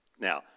Now